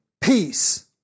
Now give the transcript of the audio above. Peace